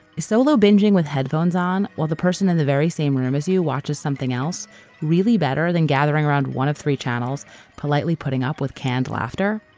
is solo binging with headphones on while the person in the very same room as you watches something else really better than gathering around one of three channels politely putting up with canned laughter?